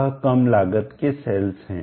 वह कम लागत के सेल्स हैं